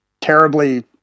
terribly